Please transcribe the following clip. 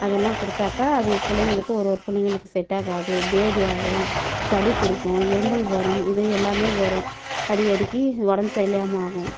அதெல்லாம் கொடுத்தாக்கா அதுங்கள் பிள்ளைங்களுக்கு ஒரு ஒரு பிள்ளைங்களுக்கு செட்டாகாது பேதி ஆகும் சளி பிடிக்கும் இரும்மல் வரும் இது எல்லாமே வரும் அடிக்கடிக்கு உடம்பு சரி இல்லாமல் ஆகும்